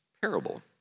parable